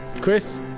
Chris